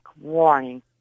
warning